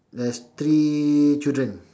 there's three children